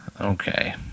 Okay